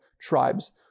tribes